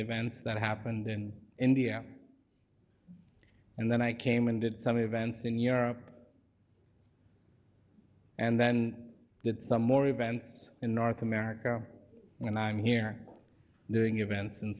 events that happened in india and then i came and did some events in europe and then that some more events in north america and i'm here doing events in